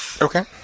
Okay